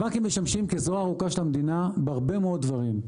הבנקים משמשים כזרוע הארוכה של המדינה בהרבה מאוד דברים,